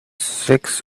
six